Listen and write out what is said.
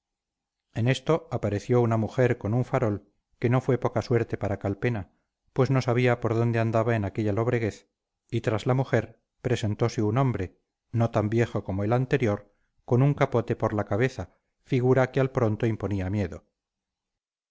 en esto apareció una mujer con un farol que no fue poca suerte para calpena pues no sabía por dónde andaba en aquella lobreguez y tras la mujer presentose un hombre no tan viejo como el anterior con un capote por la cabeza figura que al pronto imponía miedo